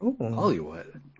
Hollywood